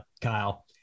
kyle